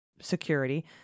security